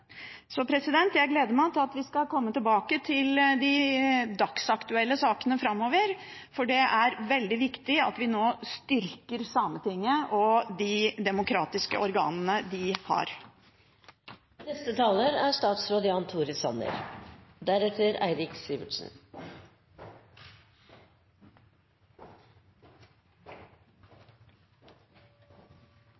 Jeg gleder meg til at vi skal komme tilbake til de dagsaktuelle sakene framover, for det er veldig viktig at vi nå styrker Sametinget og de demokratiske organene de har. Kommunal- og forvaltningskomiteens innstilling viser at det er